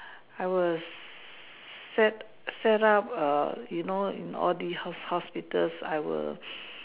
I was set setup a you know in all these hospitals I were